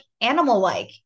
animal-like